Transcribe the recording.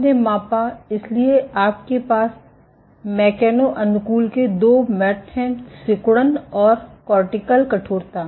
आपने मापा इसलिए आपके पास मैकेनो अनुकूलन के दो मैट हैं सिकुड़न और कॉर्टिकल कठोरता